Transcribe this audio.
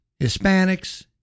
Hispanics